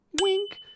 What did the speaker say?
Wink